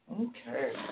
Okay